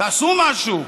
תעשו משהו.